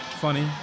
funny